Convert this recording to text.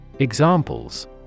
Examples